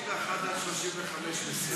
31 35, מסיר.